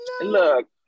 look